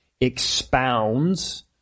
expounds